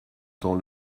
temps